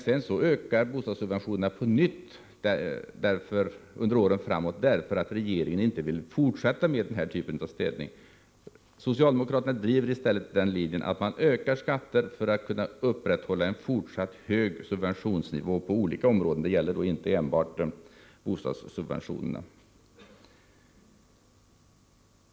Sedan ökar bostadssubventionerna på nytt under åren framåt, därför att regeringen inte vill fortsätta med den typen av städning. Socialdemokraterna driver i stället linjen att öka skatterna för att kunna upprätthålla en fortsatt hög nivå på olika områden, inte enbart när det gäller bostadssubventionerna.